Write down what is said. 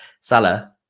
Salah